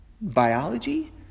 biology